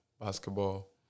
basketball